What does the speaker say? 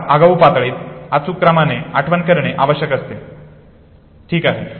आता आगाऊ पातळीत अचूक क्रमाने आठवण करणे आवश्यक असते ठीक आहे